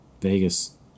Vegas